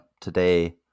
today